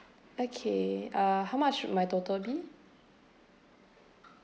okay uh how much my total be